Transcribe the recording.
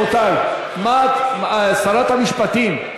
--- שרת המשפטים,